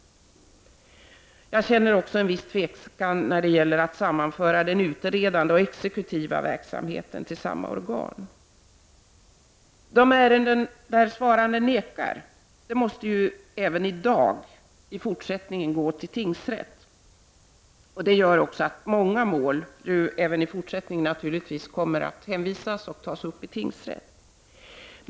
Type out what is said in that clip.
Jag känner också en viss tvekan att sammanföra den utredande och exekutiva verksamheten till samma organ. De ärenden, där svaranden nekar, måste visserligen även i fortsättningen gå till tingsrätt. Många mål kommer även i fortsättningen att hänvisas till och tas upp i tingsrätten.